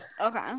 Okay